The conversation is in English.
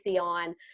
on